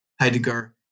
Heidegger